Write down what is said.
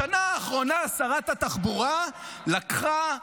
בשנה האחרונה שרת התחבורה לקחה,